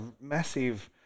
massive